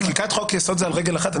חקיקת חוק יסוד זה על רגל אחת?